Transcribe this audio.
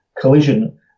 collision